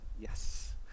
yes